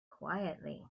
quietly